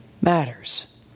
matters